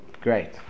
Great